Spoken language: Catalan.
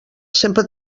sempre